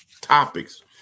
topics